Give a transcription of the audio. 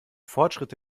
fortschritte